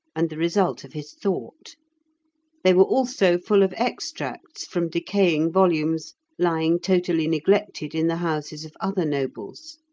and the result of his thought they were also full of extracts from decaying volumes lying totally neglected in the houses of other nobles.